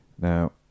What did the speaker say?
Now